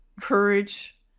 courage